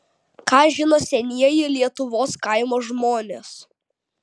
ką žino senieji lietuvos kaimo žmonės